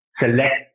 select